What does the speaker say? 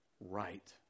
right